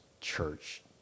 church